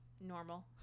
normal